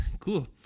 cool